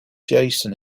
jason